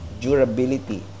durability